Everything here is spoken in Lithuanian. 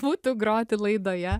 būtų groti laidoje